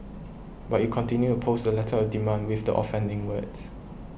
but you continued post the letter demand with the offending words